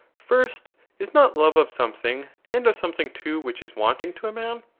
first, is not love of something, and of something too which is wanting to a man?